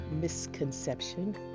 misconception